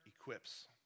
equips